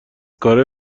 کارای